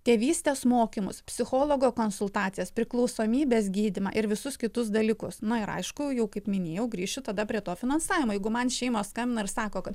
tėvystės mokymus psichologo konsultacijas priklausomybės gydymą ir visus kitus dalykus na ir aišku jau kaip minėjau grįšiu tada prie to finansavimo jeigu man šeima skambina ir sako kad